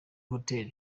hotel